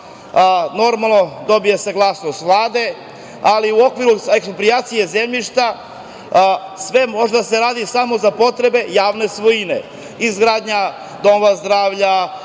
normalno, dobija se saglasnost Vlade, ali u okviru eksproprijacije zemljišta, sve može da se radi za potrebe javne svojine. Izgradnja domova zdravlja,